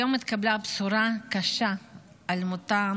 היום התקבלה בשורה קשה על מותם